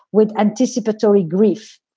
with anticipatory grief.